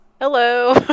Hello